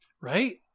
Right